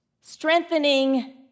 strengthening